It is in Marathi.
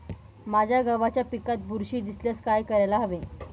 माझ्या गव्हाच्या पिकात बुरशी दिसल्यास काय करायला हवे?